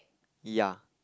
yeah